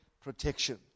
protection